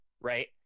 right